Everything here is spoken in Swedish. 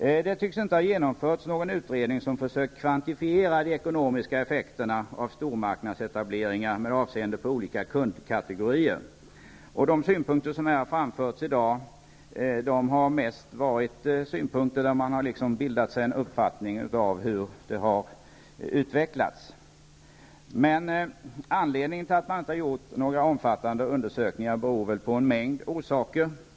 Det tycks inte ha genomförts någon utredning som försökt kvantifiera de ekonomiska effekterna av stormarknadsetableringar med avseende på olika kundkategorier. De synpunkter som har framförts här i dag har mest varit uppfattningar om hur stormarknaderna har utvecklats. Att man inte har gjort några omfattande undersökningar beror väl på en mängd förhållanden.